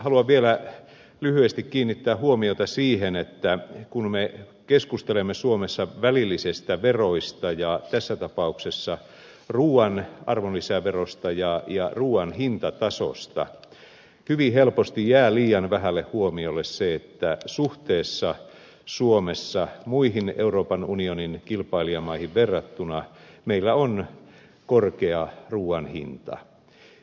haluan vielä lyhyesti kiinnittää huomiota siihen kun me keskustelemme suomessa välillisistä veroista ja tässä tapauksessa ruuan arvonlisäverosta ja ruuan hintatasosta hyvin helposti jää liian vähälle huomiolle se että muihin euroopan unionin kilpailijamaihin verrattuna meillä suomessa on korkea ruuan hinta